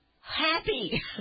happy